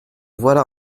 voilà